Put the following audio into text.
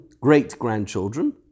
great-grandchildren